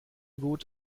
gut